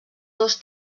dos